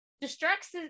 distracts